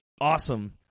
awesome